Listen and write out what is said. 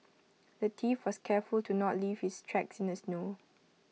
the thief was careful to not leave his tracks in the snow